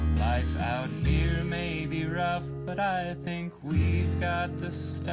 life out here may be rough but, i think we got the